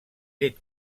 llet